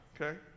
okay